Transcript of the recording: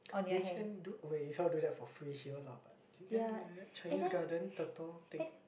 you can do wait you cannot do that for free here lah but you can do that Chinese-Garden turtle thing